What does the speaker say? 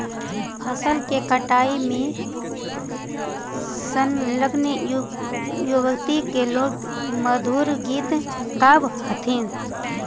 फसल के कटाई में संलग्न युवति लोग मधुर गीत गावऽ हथिन